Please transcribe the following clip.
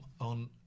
on